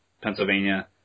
Pennsylvania